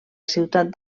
ciutat